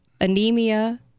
anemia